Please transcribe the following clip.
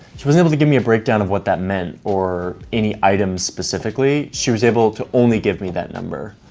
she wasn't able to give me a breakdown of what that meant or any items specifically. she was able to only give me that number.